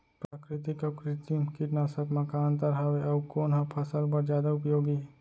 प्राकृतिक अऊ कृत्रिम कीटनाशक मा का अन्तर हावे अऊ कोन ह फसल बर जादा उपयोगी हे?